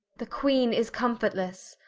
the queene is comfortlesse,